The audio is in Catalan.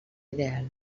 ideal